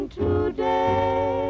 today